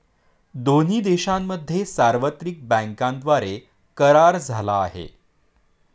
दोन्ही देशांमध्ये सार्वत्रिक बँकांद्वारे करार झाला आहे